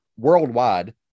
worldwide